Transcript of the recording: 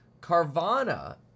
Carvana